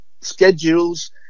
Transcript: schedules